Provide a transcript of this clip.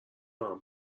برام